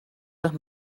los